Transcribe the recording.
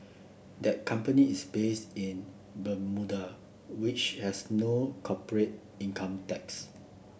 that company is based in Bermuda which has no corporate income tax